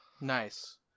Nice